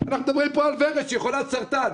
אנחנו מדברים פה על ורד שהיא חולת סרטן.